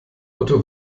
otto